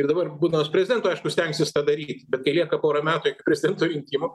ir dabar būdamas prezidentu aišku stengsis tą daryti bet kai lieka pora metų prezidento rinkimų